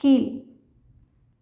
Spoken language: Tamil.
கீழ்